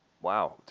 Wow